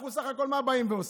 אנחנו, בסך הכול, מה באים ועושים?